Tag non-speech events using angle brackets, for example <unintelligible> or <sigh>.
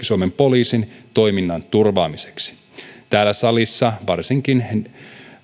<unintelligible> suomen poliisin toiminnan turvaamiseksi täällä salissa varsinkin